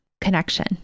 connection